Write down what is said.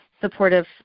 supportive